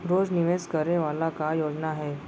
रोज निवेश करे वाला का योजना हे?